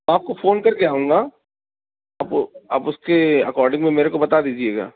آپ کو فون کر کے آؤں گا آپ آپ اس کے اکارڈنگ میں میرے کو بتا دیجیے گا